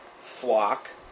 flock